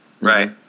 Right